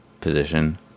position